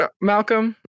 Malcolm